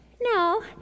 No